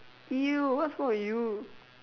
!eww! what's wrong with you